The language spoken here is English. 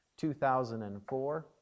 2004